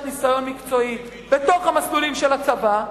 ניסיון מקצועי בתוך המסלולים של הצבא,